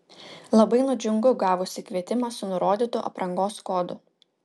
labai nudžiungu gavusi kvietimą su nurodytu aprangos kodu